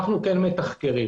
אנחנו מתחקרים.